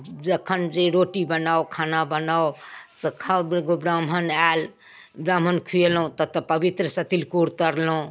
जखन जे रोटी बनाउ खाना बनाउ से खाउ एगो ब्राह्मण आएल ब्राह्मण खुएलहुँ तऽ तऽ पवित्रसँ तिलकोर तरलहुँ